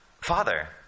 Father